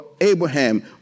Abraham